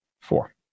Four